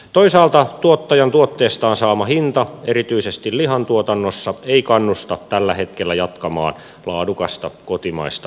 toisaalta tuottajan tuotteistaan saama hinta erityisesti lihantuotannossa ei kannusta tällä hetkellä jatkamaan laadukasta kotimaista tuotantoa